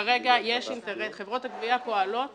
כרגע חברות הגבייה פועלות